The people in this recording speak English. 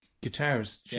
guitars